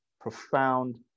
Profound